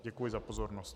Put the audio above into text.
Děkuji za pozornost.